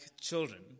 children